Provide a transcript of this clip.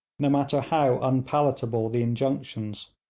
no matter how unpalatable the injunctions.